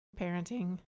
parenting